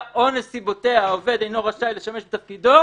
או נסיבותיה עובד אינו רשאי לשמש בתפקידו,